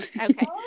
Okay